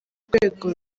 rwego